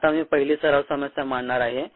आता मी पहिली सराव समस्या मांडणार आहे